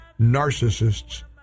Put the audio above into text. narcissists